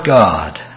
God